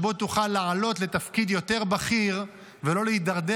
שבו תוכל לעלות לתפקיד יותר בכיר ולא להידרדר